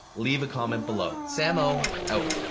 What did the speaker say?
leave a comment below. sam oh. out.